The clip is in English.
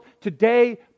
today